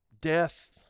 death